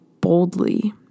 boldly